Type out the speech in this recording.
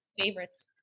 favorites